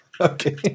Okay